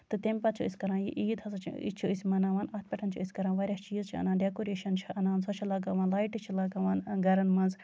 تہٕ تَمہِ پَتہٕ چھِ أسۍ کران یہِ عیٖد ہسا چھِ یہِ چھِ أسۍ مَناوان اَتھ پٮ۪ٹھ چھِ أسۍ کران واریاہ چیٖز چھِ أسۍ کران ڈٮ۪کُریشَن چھِ اَنان سۄ چھِ لَگاوان لایٹہٕ چھِ لَگاوان گرَن منٛز